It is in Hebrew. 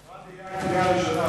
המבחן יהיה הקריאה הראשונה,